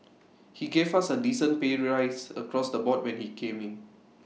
he gave us A decent pay rise across the board when he came in